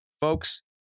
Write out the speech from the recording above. folks